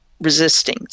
resisting